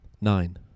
nine